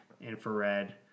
infrared